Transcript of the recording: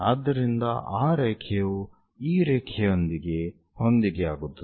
ಆದ್ದರಿಂದ ಆ ರೇಖೆಯು ಈ ರೇಖೆಯೊಂದಿಗೆ ಹೊಂದಿಕೆಯಾಗುತ್ತದೆ